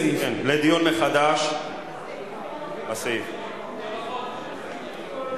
שניים נוכחים והעדיפו שלא להצביע.